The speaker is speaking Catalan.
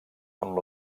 amb